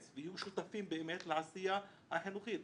ויהיו שותפים באמת לעשייה החינוכית.